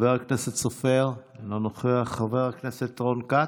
חבר הכנסת סופר, אינו נוכח, חבר הכנסת רון כץ,